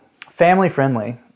family-friendly